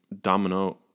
domino